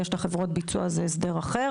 יש את חברות הביצוע שזה הסדר אחר.